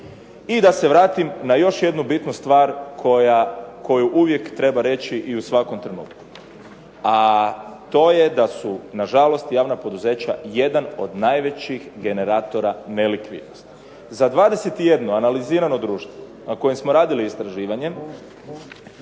I da se vratim na još jednu bitnu stvar koju uvijek treba reći i u svakom trenutku, a to je da su nažalost javna poduzeća jedan od najvećih generatora nelikvidnosti. Za 21 analizirano društvo na kojem smo radili istraživanje,